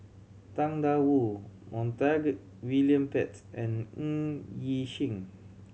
Tang Da Wu Montague William Pett and Ng Yi Sheng